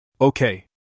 Okay